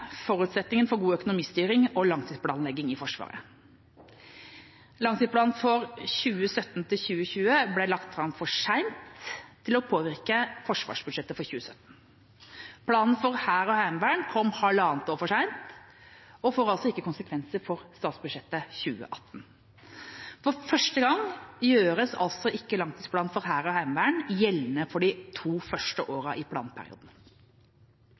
forutsetningen for god økonomistyring og langtidsplanlegging i Forsvaret. Langtidsplanen for 2017–2020 ble lagt fram for sent til å påvirke forsvarsbudsjettet for 2017. Planen for Hæren og Heimevernet kom halvannet år for sent og får altså ikke konsekvenser for statsbudsjettet 2018. For første gang gjøres altså ikke langtidsplanen for Hæren og Heimevernet gjeldende for de to første årene i planperioden.